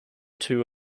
two